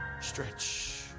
stretch